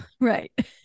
Right